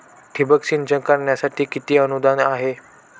ठिबक सिंचन करण्यासाठी किती अनुदान आहे?